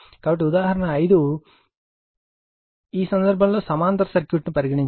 కాబట్టి ఉదాహరణ 5 ఈ సందర్భంలో సమాంతర సర్క్యూట్ ను పరిగణించాము